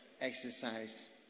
exercise